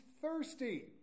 thirsty